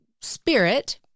spirit